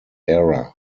era